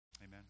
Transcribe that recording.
Amen